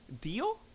Deal